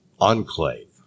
Enclave